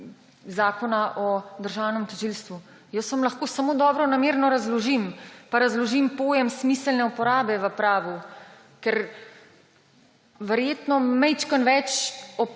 Zakona o državnem tožilstvu? Jaz vam lahko samo dobronamerno razložim pa razložim pojem smiselne uporabe v pravu. Ker verjetno vem malo več